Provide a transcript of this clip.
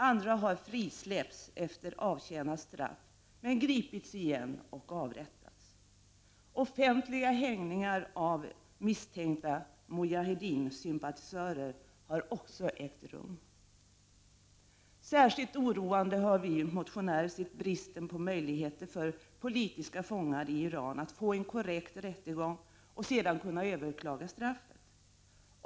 Andra har frisläppts efter avtjänat straff men gripits igen och avrättats. Offentliga häng ningar av misstänkta mujahedin-sympatisörer har också ägt rum den senaste tiden. Särskilt oroande är bristen på möjligheter för politiska fångar i Iran att få en korrekt rättegång och sedan kunna överklaga straffet.